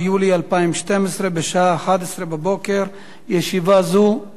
הצעת החוק שעברה בקריאה ראשונה חוזרת לוועדת